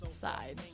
Side